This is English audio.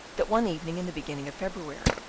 that one evening in the beginning of february,